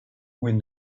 when